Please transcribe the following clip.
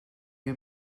you